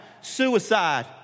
Suicide